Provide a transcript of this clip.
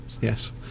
Yes